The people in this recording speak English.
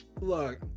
look